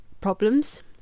problems